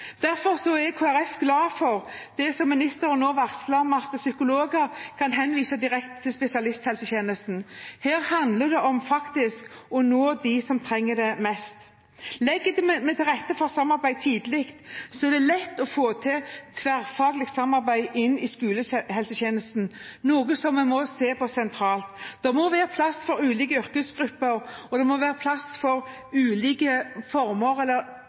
glad for det som ministeren nå varsler, om at psykologer kan henvise direkte til spesialisthelsetjenesten. Her handler det faktisk om å nå dem som trenger det mest. Legger vi til rette for samarbeid tidlig, er det lett å få til tverrfaglig samarbeid inn i skolehelsetjenesten, noe som vi må se på sentralt. Det må være plass for ulike yrkesgrupper, og det må være plass for ulike